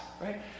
right